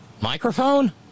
microphone